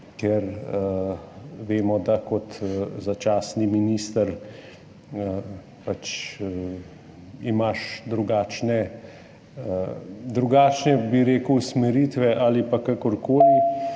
ker vemo, da imaš kot začasni minister drugačne usmeritve ali pa kakorkoli,